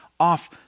off